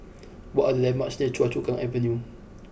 what are the landmarks near Choa Chu Kang Avenue